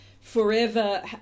forever